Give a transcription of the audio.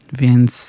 więc